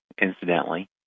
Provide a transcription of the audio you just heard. incidentally